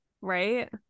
Right